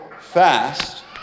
Fast